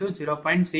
3719 0